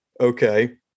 okay